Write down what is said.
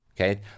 okay